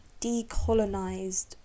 decolonized